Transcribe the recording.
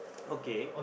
okay